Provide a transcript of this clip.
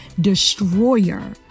destroyer